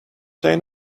say